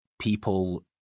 people